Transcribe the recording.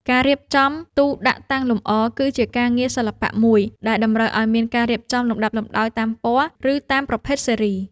ការរៀបចំទូដាក់តាំងលម្អ គឺជាការងារសិល្បៈមួយដែលតម្រូវឱ្យមានការរៀបចំលំដាប់លំដោយតាមពណ៌ ឬតាមប្រភេទស៊េរី។